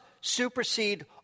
supersede